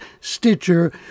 Stitcher